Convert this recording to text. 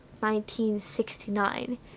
1969